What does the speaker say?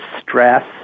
stress